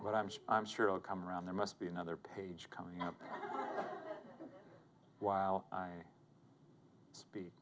but i'm sure i'll come around there must be another page coming up while i speak